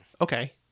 Okay